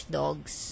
dogs